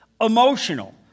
emotional